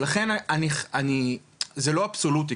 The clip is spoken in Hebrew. ולכן זה לא אבסולוטי,